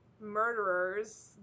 murderers